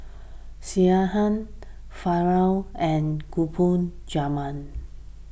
Sekihan Falafel and Gulab Jamun